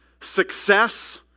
success